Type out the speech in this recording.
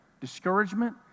discouragement